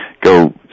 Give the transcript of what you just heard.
go